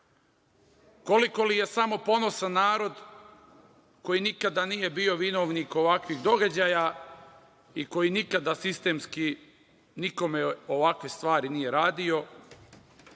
zakona? Koliko li je samo ponosan narod koji nikada nije bio vinovnik ovakvih događaja i koji nikada sistemski nikada ovakve stvari nije radio